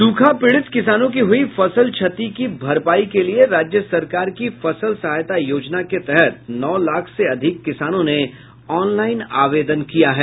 सूखा पीड़ित किसानों की हुयी फसल क्षति की भरपाई के लिये राज्य सरकार की फसल सहायता योजना के तहत नौ लाख से अधिक किसानों ने ऑनलाइन आवेदन किया है